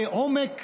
כעומק